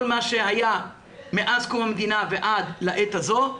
מה שהיה מאז קום המדינה ועד לעת הזו,